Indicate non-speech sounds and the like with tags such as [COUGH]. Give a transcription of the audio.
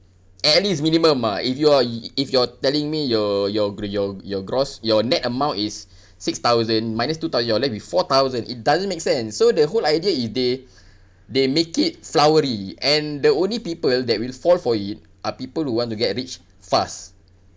at least minimum ah if you're if you're telling me your your gr~ your your gross your net amount is [BREATH] six thousand minus two thousand you're left with four thousand it doesn't make sense so the whole idea is they they make it flowery and the only people that will fall for it are people who want to get rich fast